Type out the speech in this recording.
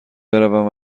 بروم